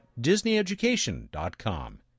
DisneyEducation.com